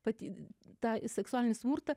pati tą seksualinį smurtą